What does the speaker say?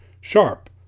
Sharp